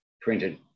printed